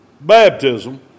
baptism